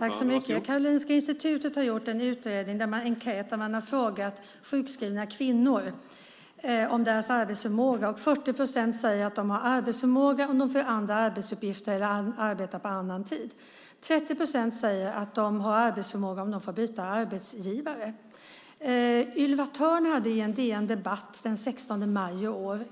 Herr talman! Karolinska Institutet har gjort en enkät där man har frågat sjukskrivna kvinnor om deras arbetsförmåga. 40 procent säger att de har arbetsförmåga om de får andra arbetsuppgifter eller får arbeta på annan tid. 30 procent säger att de har arbetsförmåga om de får byta arbetsgivare. Ylva Törn hade en debattartikel i DN den 16 maj i år.